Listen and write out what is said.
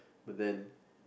but then